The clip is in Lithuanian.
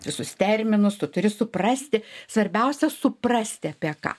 visus terminus tu turi suprasti svarbiausia suprasti apie ką